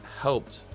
helped